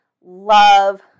love